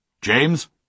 James